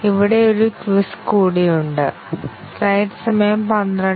ഇവിടെ ഒരു ക്വിസ് കൂടി ഉണ്ട്